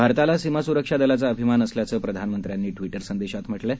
भारताला सीमा स्रक्षा दलाचा अभिमान असल्याचं प्रधानामंत्र्यांनी ट्विटर संदेशात म्हटलं आहे